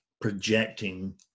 projecting